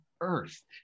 earth